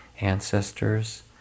ancestors